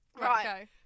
Right